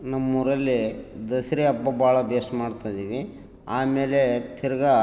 ನಮ್ಮೂರಲ್ಲಿ ದಸ್ರಾ ಹಬ್ಬ ಭಾಳ ಭೇಷ್ ಮಾಡ್ತಇದೀವಿ ಆಮೇಲೆ ತಿರ್ಗ